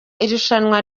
irushanwa